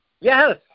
Yes